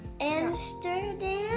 Amsterdam